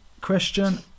question